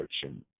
searching